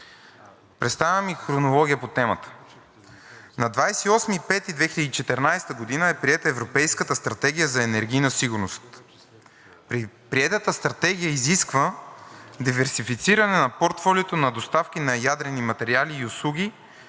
Представям Ви хронология по темата. На 28 май 2014 г. е приета Европейската стратегия за енергийна сигурност. Приетата стратегия изисква диверсифициране на портфолиото на доставки на ядрени материали и услуги